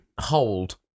hold